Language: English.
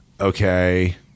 okay